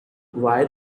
why